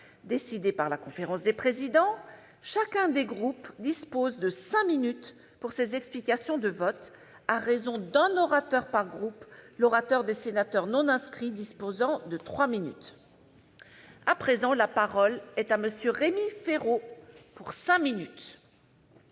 décidée par la conférence des présidents, chacun des groupes dispose de cinq minutes pour ces explications de vote, à raison d'un orateur par groupe, l'orateur des sénateurs non inscrits disposant de trois minutes. La parole est à M. Rémi Féraud, pour le groupe